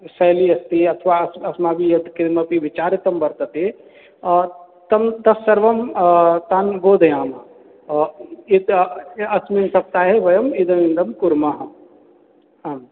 शैली अस्ति अथवा अस्माभिः यत् किमपि विचारितं वर्तते तं तत् सर्वं तान् बोधयामः इतः अस्मिन् सप्ताहे वयं इदमिदं कुर्मः आम्